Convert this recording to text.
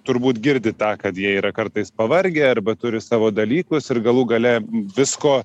turbūt girdi tą kad jie yra kartais pavargę arba turi savo dalykus ir galų gale visko